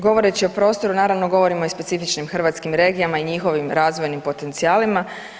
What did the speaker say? Govoreći o prostoru, naravno, govorimo i o specifičnim hrvatskim regijama i njihovim razvojnim potencijalima.